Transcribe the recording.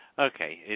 Okay